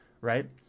right